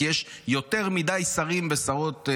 כי יש יותר מדי שרים ושרות,